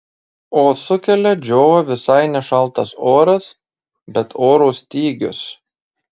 o sukelia džiovą visai ne šaltas oras bet oro stygius